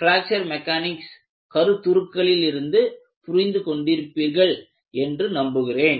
fracture mechanics கருத்துக்களிலிருந்து புரிந்து கொண்டிருப்பீர்கள் என்று நம்புகிறேன்